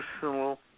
personal